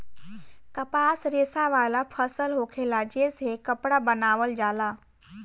कपास रेशा वाला फसल होखेला जे से कपड़ा बनावल जाला